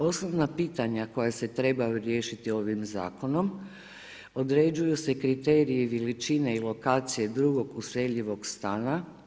Osnovna pitanja koja se trebaju riješiti ovim Zakonom, određuju se kriteriji veličine i lokacije drugog useljivog stana.